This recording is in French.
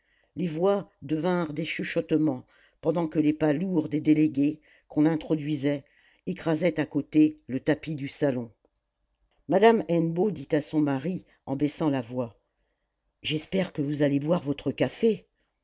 les voix devinrent des chuchotements pendant que les pas lourds des délégués qu'on introduisait écrasaient à côté le tapis du salon madame hennebeau dit à son mari en baissant la voix j'espère que vous allez boire votre café